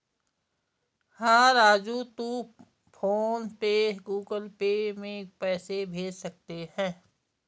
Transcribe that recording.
हां राजू तुम PhonePe से गुगल पे में पैसे भेज सकते हैं